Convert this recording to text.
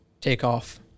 takeoff